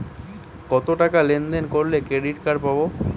কতটাকা লেনদেন করলে ক্রেডিট কার্ড পাব?